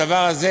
הדבר הזה